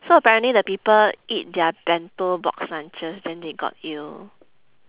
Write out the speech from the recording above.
so apparently the people eat their bento box lunches then they got ill